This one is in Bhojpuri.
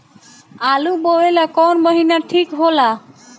आलू बोए ला कवन महीना ठीक हो ला?